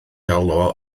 alw